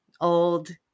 old